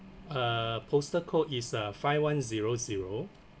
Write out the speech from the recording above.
uh postal code is uh five one zero zero